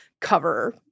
cover